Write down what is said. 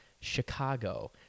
Chicago